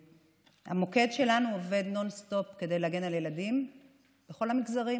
המוקד שלנו עובד נון-סטופ כדי להגן על ילדים בכל המגזרים